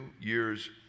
Year's